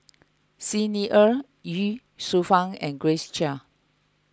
Xi Ni Er Ye Shufang and Grace Chia